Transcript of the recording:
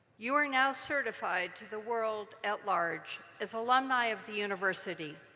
you are now certified to the world at large as alumni of the university.